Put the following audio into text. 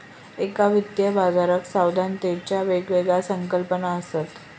एका वित्तीय बाजाराक सावधानतेच्या वेगवेगळ्या संकल्पना असत